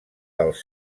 dels